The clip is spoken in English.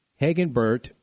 Hagenbert